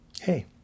Hey